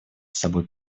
собой